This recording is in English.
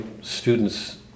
students